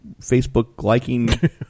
Facebook-liking